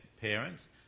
parents